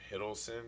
Hiddleston